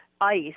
ice